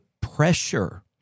pressure